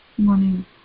Morning